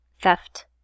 theft